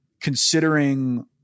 considering